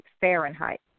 Fahrenheit